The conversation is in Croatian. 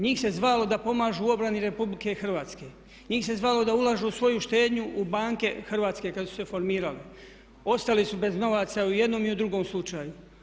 Njih se zvalo da pomažu u obrani RH, njih se zvalo da ulažu u svoju štednju u banke hrvatske kada su se formirali, ostali su bez novaca u jednom i u drugom slučaju.